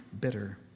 bitter